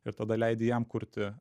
ir tada leidi jam kurti